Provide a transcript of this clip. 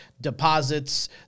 deposits